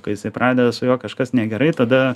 kai jisai pradeda su juo kažkas negerai tada